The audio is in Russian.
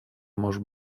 может